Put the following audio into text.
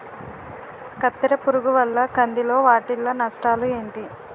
కత్తెర పురుగు వల్ల కంది లో వాటిల్ల నష్టాలు ఏంటి